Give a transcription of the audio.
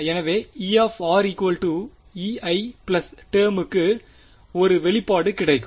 எனவே E Ei டெர்முக்கு கு ஒரு வெளிப்பாடு கிடைக்கும்